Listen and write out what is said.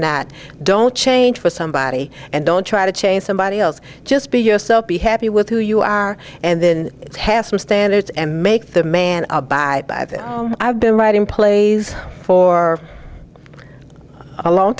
that don't change for somebody and don't try to change somebody else just be yourself be happy with who you are and then has some standards and make the man abide by them i've been writing plays for a long